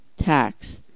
tax